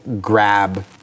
grab